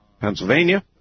Pennsylvania